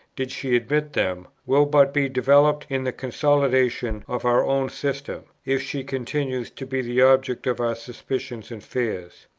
did she admit them, will but be developed in the consolidation of our own system, if she continues to be the object of our suspicions and fears.